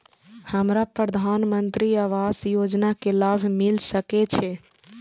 हमरा प्रधानमंत्री आवास योजना के लाभ मिल सके छे?